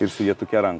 ir su ietuke rankoj